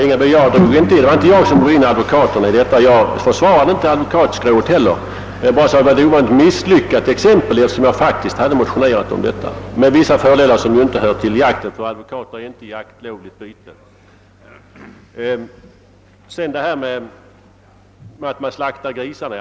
Herr talman! Det var inte jag som drog in advokaterna i diskussionen, herr Ringaby. Jag försvarade inte heller advokatskrået. Jag sade bara att detta var ett ovanligt misslyckat exempel, eftersom jag faktiskt har motionerat om »förstatligande» av försvarsadvokaterna, något som jag tror skulle medföra vissa fördelar. Men den frågan berör ju inte jakten, eftersom advokater inte är lovligt byte. Visst slaktar man grisar.